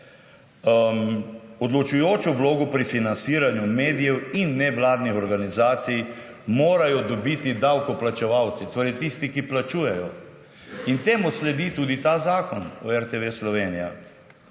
Odločujočo vlogo pri financiranju medijev in nevladnih organizacij morajo dobiti davkoplačevalci, torej tisti, ki plačujejo, in temu sledi tudi ta zakon o RTV Slovenija.